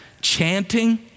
chanting